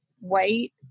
white